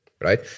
right